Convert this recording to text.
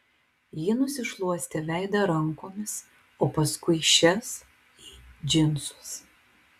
ji nusišluostė veidą rankomis o paskui šias į džinsus